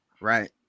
right